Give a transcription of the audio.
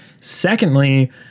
Secondly